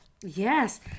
Yes